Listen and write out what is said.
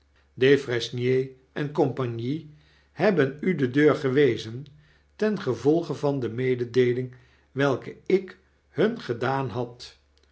en oompagnie hebbenu de deur gewezen ten gevolge van de mededeeling welke ik hun gedaan had